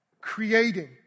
creating